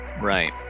Right